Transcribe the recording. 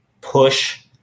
push